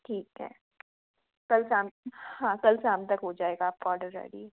ठीक है कल शाम हाँ कल शाम तक हो जाएगा आपका औडर रैडी